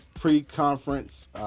pre-conference